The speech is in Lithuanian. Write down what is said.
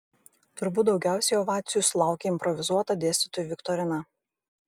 turbūt daugiausiai ovacijų sulaukė improvizuota dėstytojų viktorina